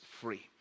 free